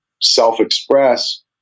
self-express